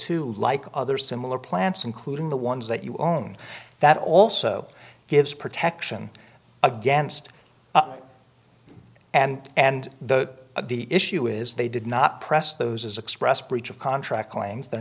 too like other similar plants including the ones that you own that also gives protection against and and the the issue is they did not press those as express breach of contract claims they're